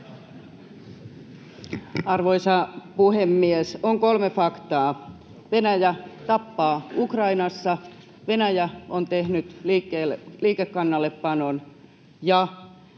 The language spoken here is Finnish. Arvoisa puhemies! On kolme faktaa: Venäjä tappaa Ukrainassa, Venäjä on tehnyt liikekannallepanon ja